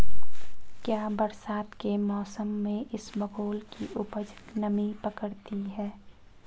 क्या बरसात के मौसम में इसबगोल की उपज नमी पकड़ती है?